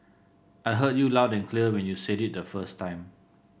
I heard you loud and clear when you said it the first time